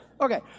Okay